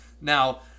Now